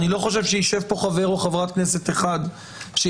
אני לא חושב שישב פה חבר כנסת או חברת כנסת אחת שיסכימו